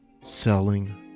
selling